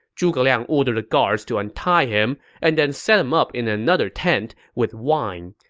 zhuge liang ordered the guards to untie him and then set him up in another tent with wine.